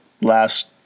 last